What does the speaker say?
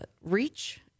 reach